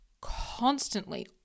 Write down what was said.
constantly